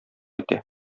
итә